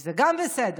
זה גם בסדר.